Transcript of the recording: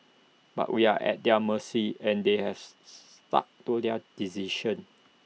but we are at their mercy and they has stuck to their decision